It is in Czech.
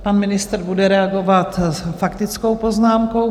Pan ministr bude reagovat s faktickou poznámkou.